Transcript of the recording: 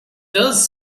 does